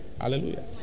Hallelujah